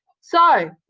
so,